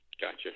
gotcha